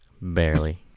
Barely